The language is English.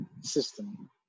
system